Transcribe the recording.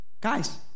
guys